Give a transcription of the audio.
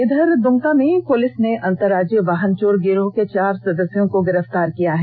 इधर दुमका में पुलिस ने अंतरराज्यीय वाहन चोर गिरोह के चार सदस्यों को गिरफ्तार किया है